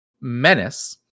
Menace